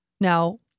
Now